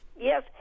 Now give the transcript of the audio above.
Yes